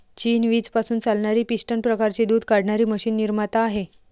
चीन वीज पासून चालणारी पिस्टन प्रकारची दूध काढणारी मशीन निर्माता आहे